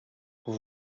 vous